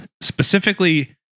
specifically